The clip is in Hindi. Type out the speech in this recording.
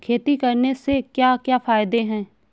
खेती करने से क्या क्या फायदे हैं?